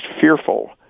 fearful